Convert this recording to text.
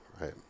Right